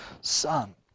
Son